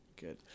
Good